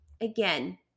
again